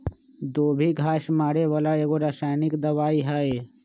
दुभी घास मारे बला एगो रसायनिक दवाइ हइ